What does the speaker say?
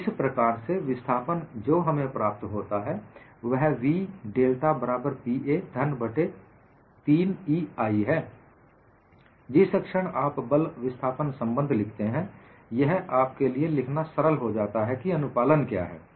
है इस प्रकार से विस्थापन जो हमें प्राप्त होता है वह v डेल्टा बराबर Pa घन बट्टे 3EI है जिस क्षण आप बल विस्थापन संबंध लिखते हैं यह आपके लिए लिखना सरल हो जाता है कि अनुपालन क्या है